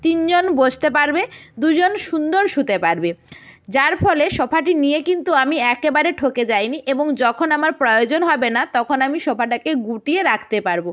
তিনজন বসতে পারবে দুজন সুন্দর শুতে পারবে যার ফলে সোফাটি নিয়ে কিন্তু আমি একেবারে ঠগে যাই নি এবং যখন আমার প্রয়োজন হবে না তখন আমি সোফাটাকে গুটিয়ে রাখতে পারবো